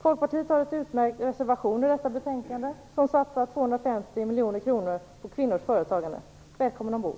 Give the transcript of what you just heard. Folkpartiet har en utmärkt reservation till detta betänkande där vi vill satsa 250 miljoner kronor på kvinnors företagande. Välkommen ombord!